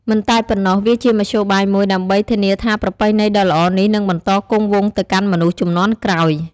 មិនតែប៉ុណ្ណោះវាជាមធ្យោបាយមួយដើម្បីធានាថាប្រពៃណីដ៏ល្អនេះនឹងបន្តគង់វង្សទៅកាន់មនុស្សជំនាន់ក្រោយ។